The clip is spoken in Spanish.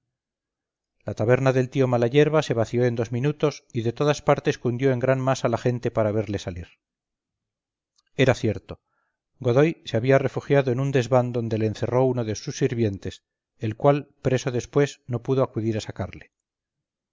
la taberna del tío malayerba se vació en dos minutos y de todas partes cundió en gran masa la gente para verle salir era cierto godoy se había refugiado en un desván donde le encerró uno de sus sirvientes el cual preso después no pudo acudir a sacarle